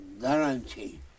guarantee